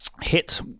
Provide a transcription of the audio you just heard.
hit